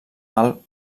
alt